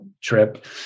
trip